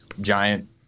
giant